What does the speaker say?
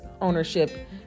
ownership